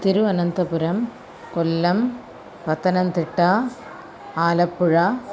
Thiruvananthapuram Kollam Pathanamthitta Alappuzha